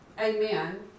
amen